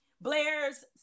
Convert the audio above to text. Blair's